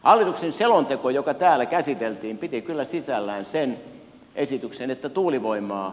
hallituksen selonteko joka täällä käsiteltiin piti kyllä sisällään sen esityksen että tuulivoimaa